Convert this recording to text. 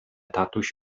tatuś